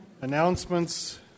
announcements